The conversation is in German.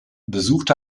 besucht